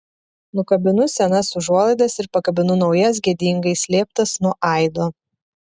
nukabinu senas užuolaidas ir pakabinu naujas gėdingai slėptas nuo aido